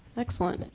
excellent.